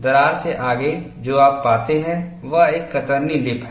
दरार से आगे जो आप पाते हैं वह एक कतरनी लिप है